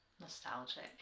nostalgic